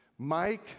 Mike